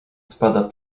spada